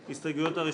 על ההסתייגויות.